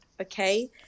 Okay